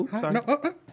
sorry